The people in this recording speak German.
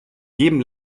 jedem